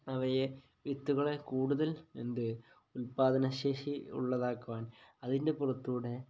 അവയെ വിത്തുകളെ കൂടുതൽ എന്ത് ഉൽപാദനശേഷി ഉള്ളതാക്കുവാൻ അതിൻ്റെ പുറത്ത് കൂടെ